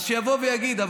אז שיבוא ויגיד.